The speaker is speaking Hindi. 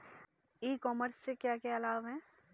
ई कॉमर्स से क्या क्या लाभ हैं?